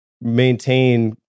maintain